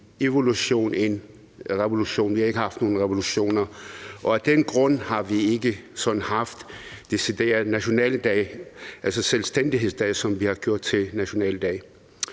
evolution end en revolution; vi har ikke haft nogen revolutioner. Og af den grund har vi ikke sådan haft en decideret nationaldag, altså en selvstændighedsdag, som vi har gjort til nationaldag.